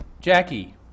Jackie